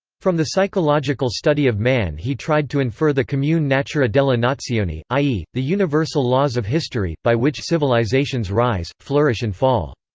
from the psychological study of man he tried to infer the comune natura delle nazioni, i e, the universal laws of history, by which civilizations rise, flourish and fall.